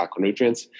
macronutrients